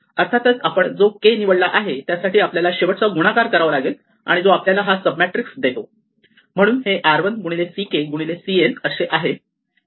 अर्थातच आपण जो K निवडला आहे त्यासाठी आपल्याला शेवटचा गुणाकार करावा लागेल जो आपल्याला हा सब मॅट्रिक्स देतो म्हणून हे r1 ck cn असे आहे